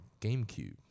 GameCube